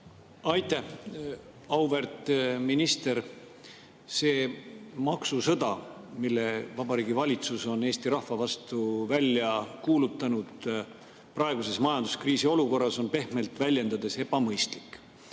Aitäh! Auväärt minister! See maksusõda, mille Vabariigi Valitsus on Eesti rahva vastu välja kuulutanud praeguses majanduskriisi olukorras, on pehmelt väljendades ebamõistlik.